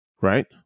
right